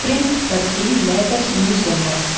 print பற்றி latest news என்ன